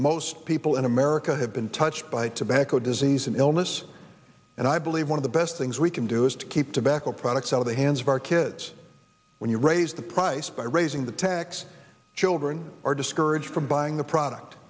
most people in america have been touched by tobacco disease and illness and i believe one of the best things we can do is to keep tobacco products out of the hands of our kids when you raise the price by raising the tax children are discouraged from buying the product